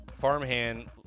Farmhand